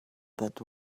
that